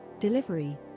delivery